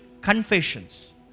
confessions